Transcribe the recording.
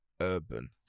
urban